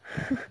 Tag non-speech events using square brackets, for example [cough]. [laughs]